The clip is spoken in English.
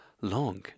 long